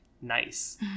nice